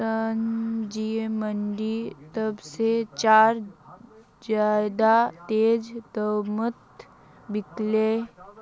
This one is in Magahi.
संजयर मंडी त सब से चार ज्यादा तेज़ दामोंत बिकल्ये